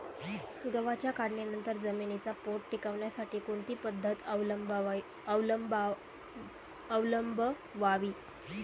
गव्हाच्या काढणीनंतर जमिनीचा पोत टिकवण्यासाठी कोणती पद्धत अवलंबवावी?